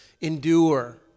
Endure